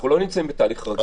אנחנו לא נמצאים בתהליך רגיל.